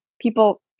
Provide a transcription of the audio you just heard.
people